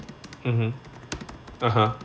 mmhmm (uh huh)